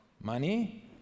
money